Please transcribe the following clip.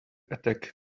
attack